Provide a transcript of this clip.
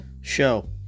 show